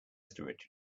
richard